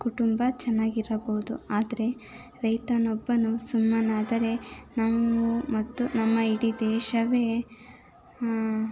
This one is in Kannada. ಕುಟುಂಬ ಚೆನ್ನಾಗಿರಬೌದು ಆದರೆ ರೈತನೊಬ್ಬನು ಸುಮ್ಮನಾದರೆ ನಾವು ಮತ್ತು ನಮ್ಮ ಇಡೀ ದೇಶವೇ